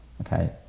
okay